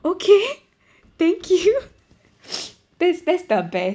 okay thank you that that's the best